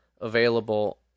available